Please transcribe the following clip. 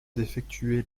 d’effectuer